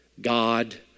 God